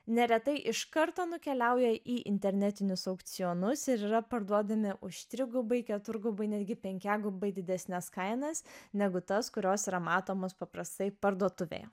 neretai iš karto nukeliauja į internetinius aukcionus ir yra parduodami už trigubai keturgubai netgi penkiagubai didesnes kainas negu tas kurios yra matomos paprastai parduotuvėje